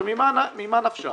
ממה נפשך.